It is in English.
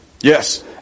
Yes